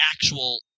actual